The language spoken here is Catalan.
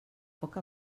poc